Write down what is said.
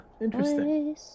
interesting